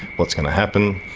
what's going to happen?